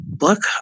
look